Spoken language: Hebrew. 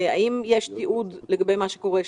האם יש תיעוד לגבי מה שקורה שם?